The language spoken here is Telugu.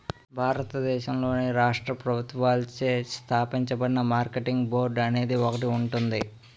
భారతదేశంలోని రాష్ట్ర ప్రభుత్వాలచే స్థాపించబడిన మార్కెటింగ్ బోర్డు అనేది ఒకటి ఉంటుంది